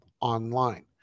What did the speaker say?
online